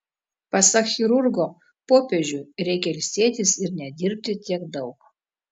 pasak chirurgo popiežiui reikia ilsėtis ir nedirbti tiek daug